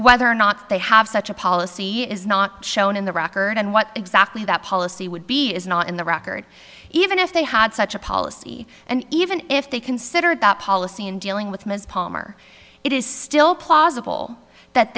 whether or not they have such a policy is not shown in the record and what exactly that policy would be is not in the record even if they had such a policy and even if they considered that policy in dealing with ms palmer it is still possible that